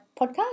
podcast